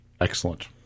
Excellent